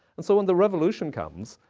and so when the revolution comes,